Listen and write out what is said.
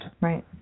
Right